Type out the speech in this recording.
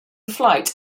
flight